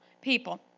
people